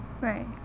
right